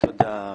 תודה,